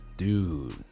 Dude